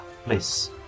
please